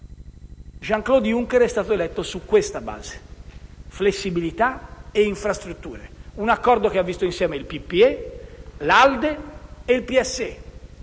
Jean-Claude Juncker è stato eletto su questa base: flessibilità e infrastrutture. Un accordo che ha visto insieme il PPE, l'ALDE e il PSE.